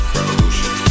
Revolution